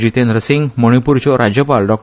जितेंद्र सिंग मणिपूरच्या राज्यपाल डॉ